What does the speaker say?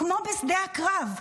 כמו בשדה הקרב,